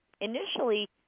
initially